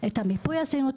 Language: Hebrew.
את המיפוי עשינו,